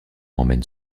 emmène